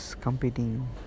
competing